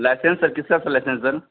लाइसेंसे sir किसका license sir